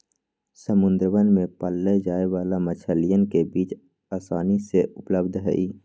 समुद्रवा में पाल्ल जाये वाला मछलीयन के बीज आसानी से उपलब्ध हई